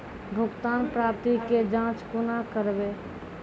भुगतान प्राप्ति के जाँच कूना करवै?